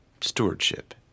stewardship